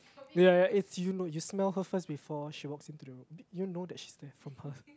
ya it's you know you smell her first before she walks into the room you know that she's there from her